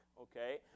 okay